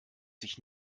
sich